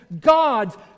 God's